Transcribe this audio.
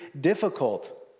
difficult